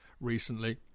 recently